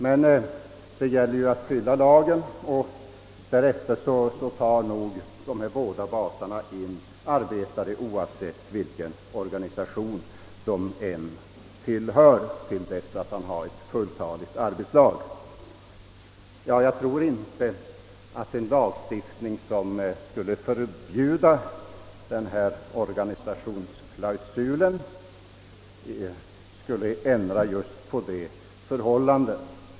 Men det gäller ju att fylla lagen, och basarna tar nog därefter in arbetare oavsett organisationstillhörighet tills de har ett fulltaligt arbetslag. Jag tror inte att en lagstiftning, som skulle förbjuda den aktuella organisationsklausuien, skulle ändra detta förhållande.